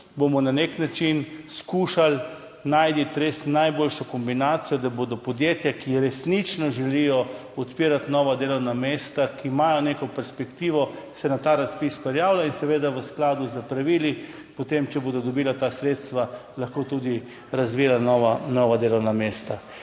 na nek način skušali najti res najboljšo kombinacijo, da se bodo podjetja, ki resnično želijo odpirati nova delovna mesta, ki imajo neko perspektivo, na ta razpis prijavila, in seveda potem v skladu s pravili, če bodo dobila ta sredstva, lahko tudi razvila nova delovna mesta.